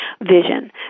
vision